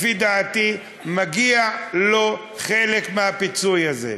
לפי דעתי מגיע לו חלק מהפיצוי הזה.